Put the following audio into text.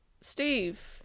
Steve